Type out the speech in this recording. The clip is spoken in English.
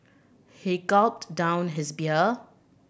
he gulped down his beer